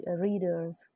readers